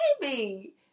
baby